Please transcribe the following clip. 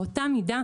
באותה מידה,